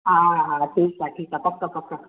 हा हा ठीकु आहे ठीकु आहे पक पक